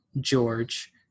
George